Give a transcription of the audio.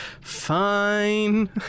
Fine